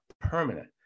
permanent